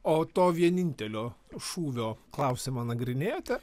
o to vienintelio šūvio klausimą nagrinėjote